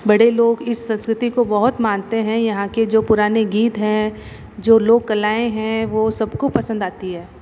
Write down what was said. बड़े लोग इस संस्कृति को बहुत मानते हैं यहाँ के जो पुराने गीत हैं जो लोक कलाएं हैं वो सबको पसंद आती है